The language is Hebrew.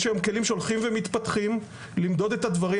יש היום כלים שהולכים ומתפתחים למדוד את הדברים,